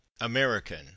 american